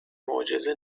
معجزه